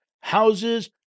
houses